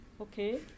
Okay